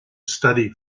study